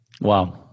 Wow